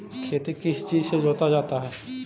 खेती किस चीज से जोता जाता है?